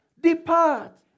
Depart